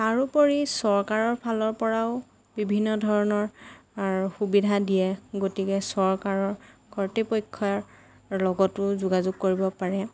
তাৰোপৰি চৰকাৰৰ ফালৰ পৰাও বিভিন্ন ধৰণৰ সুবিধা দিয়ে গতিকে চৰকাৰৰ কৰ্তৃপক্ষৰ লগতো যোগাযোগ কৰিব পাৰে